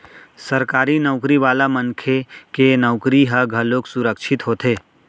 सरकारी नउकरी वाला मनखे के नउकरी ह घलोक सुरक्छित होथे